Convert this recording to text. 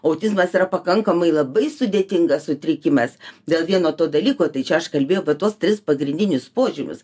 autizmas yra pakankamai labai sudėtingas sutrikimas dėl vieno to dalyko tai čia aš kalbėjau apie tuos tris pagrindinius požiūrius